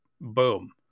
boom